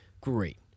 Great